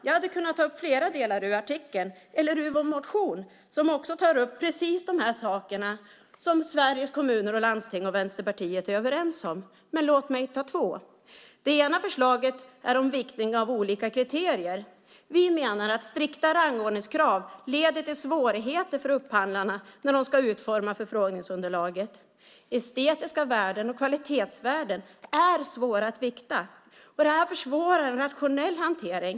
Jag hade kunnat ta upp flera delar ur artikeln eller ur vår motion som också tar upp precis de här sakerna som Sveriges Kommuner och Landsting och Vänsterpartiet är överens om, men låt mig ta två. Det ena förslaget gäller viktning av olika kriterier. Vi menar att strikta rangordningskrav leder till svårigheter för upphandlarna när de ska utforma förfrågningsunderlaget. Estetiska värden och kvalitetsvärden är svåra att vikta. Det här försvårar en nationell hantering.